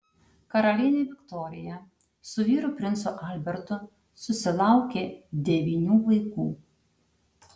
karalienė viktorija su vyru princu albertu susilaukė devynių vaikų